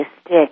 stick